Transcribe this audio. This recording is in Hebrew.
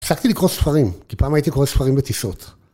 הפסקתי לקרוא ספרים כי פעם הייתי קורא ספרים בטיסות